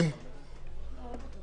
נגיף הקורונה החדש (הגבלת פעילות והוראות